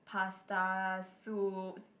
pasta soups